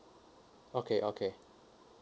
okay okay